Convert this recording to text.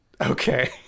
okay